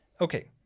Okay